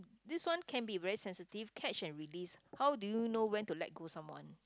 this one can be very sensitive catch and release how do you know when to let go someone